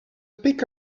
pick